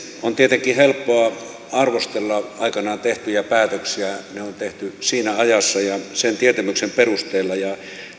on tietenkin helppoa arvostella aikanaan tehtyjä päätöksiä ne on tehty siinä ajassa ja sen tietämyksen perusteella ja